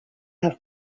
have